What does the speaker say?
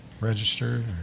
registered